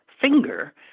finger